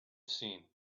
seen